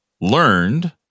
learned